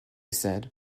said